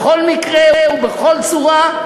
בכל מקרה ובכל צורה,